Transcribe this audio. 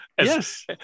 yes